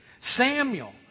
Samuel